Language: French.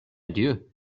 dieu